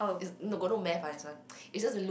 it's no got no math ah this one it's just to look